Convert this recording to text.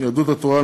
יהדות התורה,